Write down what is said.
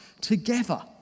together